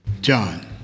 John